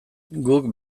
guk